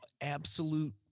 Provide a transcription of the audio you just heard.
absolute